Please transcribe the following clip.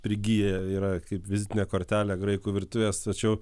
prigyję yra kaip vizitinė kortelė graikų virtuvės tačiau